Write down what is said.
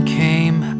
came